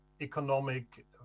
economic